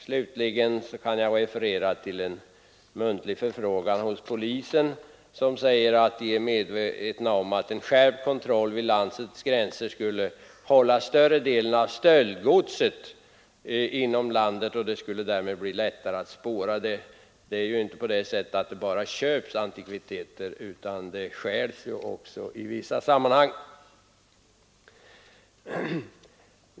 Slutligen kan jag referera till en muntlig förfrågan hos polisen, som uppger att man där är medveten om att en skärpt kontroll vid landets gränser skulle hålla större delen av stöldgodset inom landet och att detta därigenom skulle bli lättare att spåra. Det är ju så att det inte bara köps antikviteter utan de stjäls också. Herr talman!